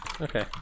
Okay